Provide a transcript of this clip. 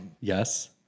Yes